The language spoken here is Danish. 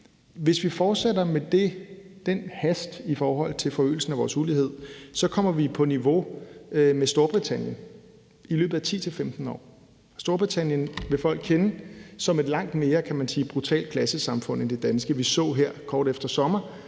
Hvis vi fortsætter med den hast i forhold til forøgelsen af vores ulighed, kommer vi på niveau med Storbritannien i løbet af 10-15 år. Storbritannien vil folk kende som et langt mere brutalt klassesamfund end det danske. Vi så her kort efter sommer,